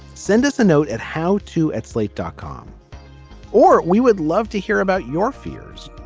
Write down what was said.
send us a note at how to at slate dot com or we would love to hear about your fears.